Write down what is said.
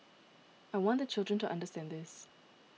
I want the children to understand this